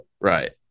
Right